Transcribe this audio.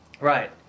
Right